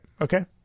Okay